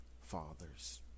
father's